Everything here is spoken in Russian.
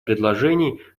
предложений